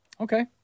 Okay